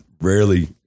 rarely